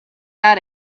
out